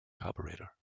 carburetor